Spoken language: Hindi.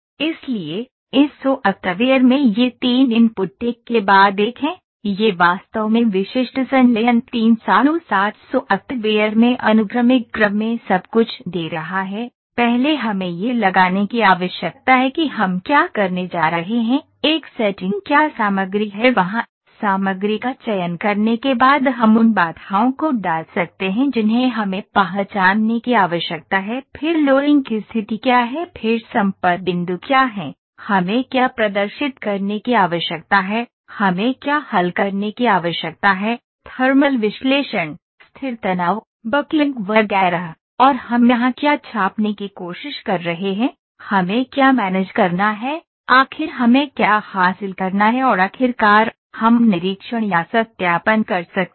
इसलिए इस सॉफ़्टवेयर में ये तीन इनपुट एक के बाद एक हैं यह वास्तव में विशिष्ट संलयन 360 सॉफ़्टवेयर में अनुक्रमिक क्रम में सब कुछ दे रहा है पहले हमें यह लगाने की आवश्यकता है कि हम क्या करने जा रहे हैं एक सेटिंग क्या सामग्री है वहां सामग्री का चयन करने के बाद हम उन बाधाओं को डाल सकते हैं जिन्हें हमें पहचानने की आवश्यकता है फिर लोडिंग की स्थिति क्या है फिर संपर्क बिंदु क्या हैं हमें क्या प्रदर्शित करने की आवश्यकता है हमें क्या हल करने की आवश्यकता है थर्मल विश्लेषण स्थिर तनाव बकलिंग वगैरह और हम यहां क्या छापने की कोशिश कर रहे हैं हमें क्या मैनेज करना है आखिर हमें क्या हासिल करना है और आखिरकार हम निरीक्षण या सत्यापन कर सकते हैं